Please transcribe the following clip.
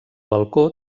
balcó